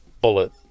bullet